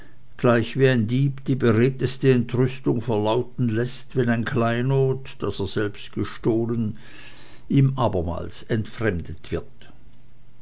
gleich wie ein dieb die beredteste entrüstung verlauten läßt wenn ein kleinod das er selbst gestohlen ihm abermals entfremdet wird